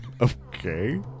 Okay